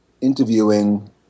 interviewing